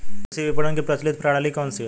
कृषि विपणन की प्रचलित प्रणाली कौन सी है?